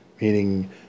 meaning